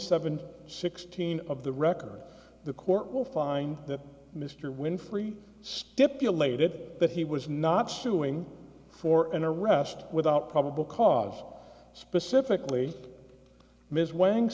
seven sixteen of the record the court will find that mr winfrey stipulated that he was not suing for an arrest without probable cause specifically ms w